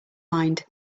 mind